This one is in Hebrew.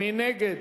מי נגד?